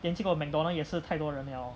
then 结果 McDonald 也是太多人了